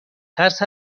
ترس